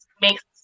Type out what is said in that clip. makes